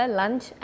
lunch